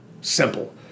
simple